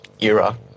era